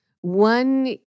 One